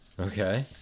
Okay